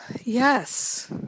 Yes